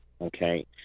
okay